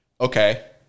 Okay